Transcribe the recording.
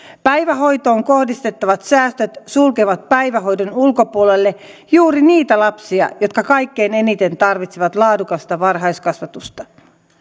päivähoitoon kohdistettavat säästöt sulkevat päivähoidon ulkopuolelle juuri niitä lapsia jotka kaikkein eniten tarvitsevat laadukasta varhaiskasvatusta